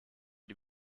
die